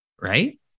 right